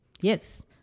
yes